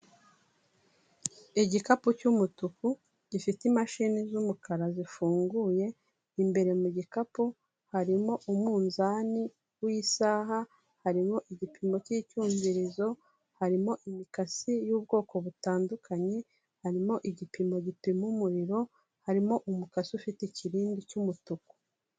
Igikapu cy'umutuku gifite imashini z'umukara zifunguye, imbere mu gikapu harimo umunzani w'isaha, harimo igipimo cy'icyumvirizo, harimo imikasi y'ubwoko butandukanye, harimo igipimo gipima umuriro, harimo umukasi ufite ikirindi cy'umutuku.